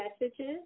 messages